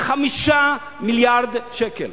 5 מיליארד שקל.